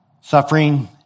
Suffering